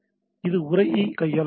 இது உரையை கையாள முடியும்